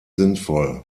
sinnvoll